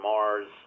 Mars